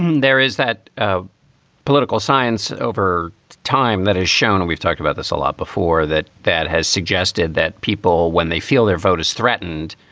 there is that ah political science over time that has shown and we've talked about this a lot before, that that has suggested that people, when they feel their vote is threatened,